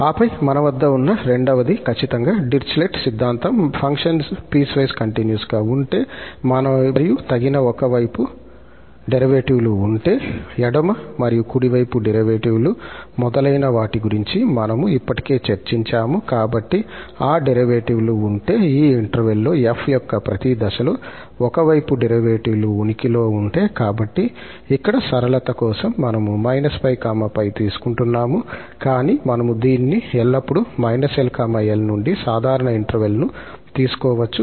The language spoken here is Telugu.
ఆపై మన వద్ద ఉన్న రెండవది ఖచ్చితంగా డిరిచ్లెట్ సిద్ధాంతం ఫంక్షన్ పీస్ వైస్ కంటిన్యూస్ గా ఉంటే మరియు తగిన ఒక వైపు డెరివేటివ్ లు ఉంటే ఎడమ మరియు కుడి వైపు డెరివేటివ్ లు మొదలైన వాటి గురించి మనము ఇప్పటికే చర్చించాము కాబట్టి ఆ డెరివేటివ్ లు ఉంటే ఈ ఇంటర్వెల్ లో 𝑓 యొక్క ప్రతి దశలో ఒక వైపు డెరివేటివ్ లు ఉనికి లో ఉంటే కాబట్టి ఇక్కడ సరళత కోసం మనము −𝜋 𝜋 తీసుకుంటున్నాము కానీ మనము దీన్ని ఎల్లప్పుడూ −𝐿 𝐿 నుండి సాధారణ ఇంటర్వెల్ ను తీసుకోవచ్చు